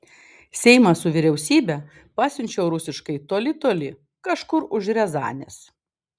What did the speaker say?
seimą su vyriausybe pasiunčiau rusiškai toli toli kažkur už riazanės